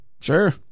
sure